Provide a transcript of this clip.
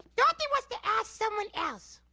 dorothy wants to ask someone else.